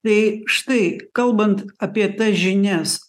tai štai kalbant apie tas žinias